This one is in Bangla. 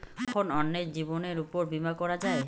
কখন অন্যের জীবনের উপর বীমা করা যায়?